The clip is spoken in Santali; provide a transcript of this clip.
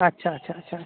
ᱟᱪᱪᱷᱟ ᱟᱪᱪᱷᱟ ᱟᱪᱪᱷᱟ ᱟᱪᱪᱷᱟ